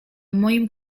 moim